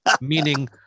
meaning